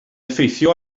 effeithio